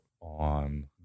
on